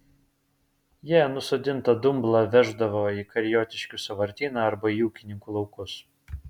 jie nusodintą dumblą veždavo į kariotiškių sąvartyną arba į ūkininkų laukus